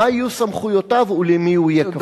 מה יהיו סמכויותיו ולמי הוא יהיה כפוף?